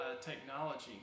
technology